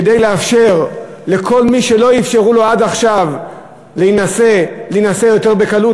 כדי לאפשר לכל מי שלא אפשרו לו עד עכשיו להינשא יותר בקלות?